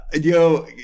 Yo